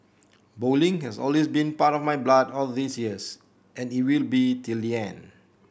bowling has always been part of my blood all these years and it will be till the end